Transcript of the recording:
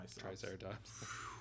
Triceratops